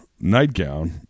nightgown